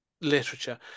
literature